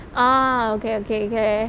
oh okay okay okay